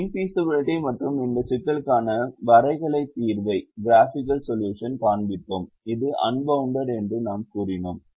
infeasibility மற்றும் இந்த சிக்கலுக்கான வரைகலை தீர்வைக் காண்பித்தோம் இது அம்பவுண்டட் என்று நாம் கூறினோம்